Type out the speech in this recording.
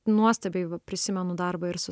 nuostabiai va prisimenu darbą ir su